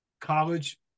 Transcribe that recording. college